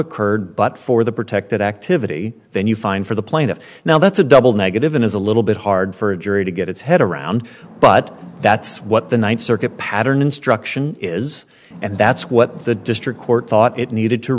occurred but for the protected activity venue fine for the plaintiff now that's a double negative and is a little bit hard for a jury to get its head around but that's what the ninth circuit pattern instruction is and that's what the district court thought it needed to